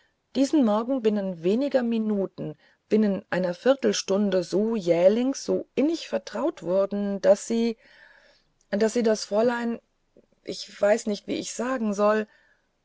diesen morgen binnen wenigen minuten binnen einer viertelstunde so jählings so innig vertraut wurden daß sie daß sie das fräulein ich weiß nicht wie ich sagen soll